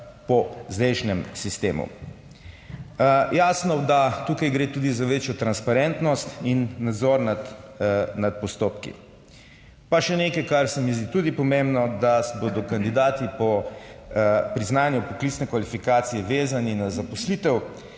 po zdajšnjem sistemu. Jasno, da tukaj gre tudi za večjo transparentnost in nadzor nad postopki. Pa še nekaj, kar se mi zdi tudi pomembno, da bodo kandidati po priznanju poklicne kvalifikacije vezani na zaposlitev